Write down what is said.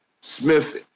Smith